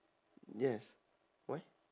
yes why